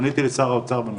פניתי לשר האוצר בנושא.